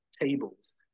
tables